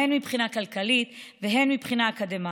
הן מבחינה כלכלית והן מבחינה אקדמית.